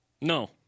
No